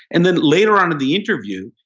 and then later on in the interview,